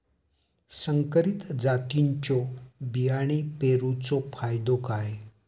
संकरित जातींच्यो बियाणी पेरूचो फायदो काय?